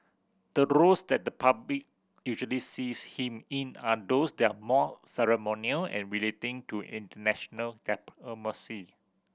the roles that the public usually sees him in are those there are more ceremonial and relating to international